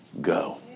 go